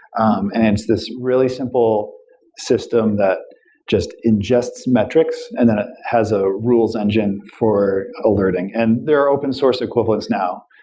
um and it's this really simple system that just ingests metrics and then it has a rules engine for alerting. and there are open source equivalents now.